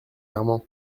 armand